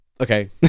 okay